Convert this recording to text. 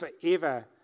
forever